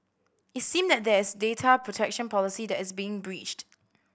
it seem that there's data protection policy that is being breached